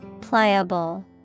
Pliable